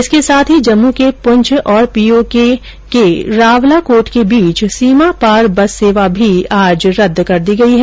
इसके साथ ही जम्मू के पूंछ और पीओके रावला कोट के बीच सीमा पार बस सेवा भी आज रदद कर दी गई है